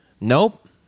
Nope